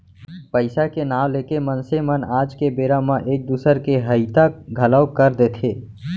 पइसा के नांव लेके मनसे मन आज के बेरा म एक दूसर के हइता घलौ कर देथे